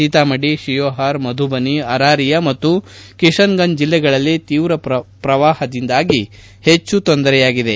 ಸೀತಾಮಡಿ ಶಿಯೋಹರ್ ಮಧುಬನಿ ಅರಾರಿಯಾ ಮತ್ತು ಕಿಶನ್ಗಂಜ್ ಜಿಲ್ಲೆಗಳಲ್ಲಿ ತೀವ್ರ ಪ್ರವಾಹದಿಂದಾಗಿ ಹೆಚ್ಚು ತೊಂದರೆಯಾಗಿದೆ